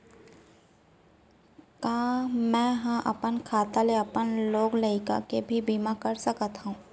का मैं ह अपन खाता ले अपन लोग लइका के भी बीमा कर सकत हो